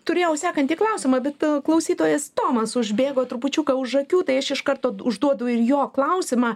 turėjau sekantį klausimą bet klausytojas tomas užbėgo trupučiuką už akių tai aš iš karto užduodu ir jo klausimą